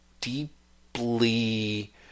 deeply